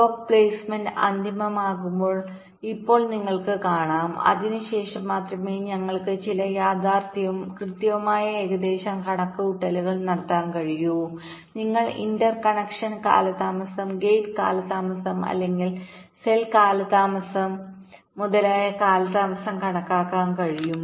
block placement അന്തിമമാകുമ്പോൾ ഇപ്പോൾ നിങ്ങൾക്ക് കാണാം അതിനുശേഷം മാത്രമേ ഞങ്ങൾക്ക് ചില യാഥാർത്ഥ്യവും കൃത്യവുമായ ഏകദേശ കണക്കുകൂട്ടലുകൾ നടത്താൻ കഴിയൂ നിങ്ങൾക്ക് ഇന്റർ കണക്ഷൻ കാലതാമസം ഗേറ്റ് കാലതാമസം അല്ലെങ്കിൽ സെൽ കാലതാമസംinterconnection delays the gate delays or the cell delaysമുതലായ കാലതാമസം കണക്കാക്കാൻ കഴിയും